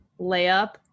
layup